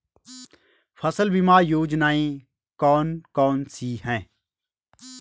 फसल बीमा योजनाएँ कौन कौनसी हैं?